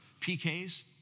PKs